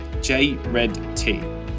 JRedT